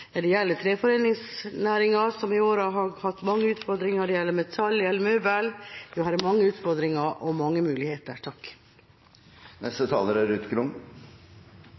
Det gjelder treforedlingsnæringa, som i år har hatt mange utfordringer, det gjelder metallnæringa og møbelnæringa. Ja, her er mange utfordringer og mange muligheter. Jeg kunne gjerne først si meg enig med siste taler, men jeg tror det er